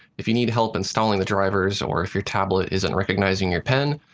if you need help installing the drivers or if your tablet isn't recognizing your pen,